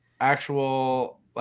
actual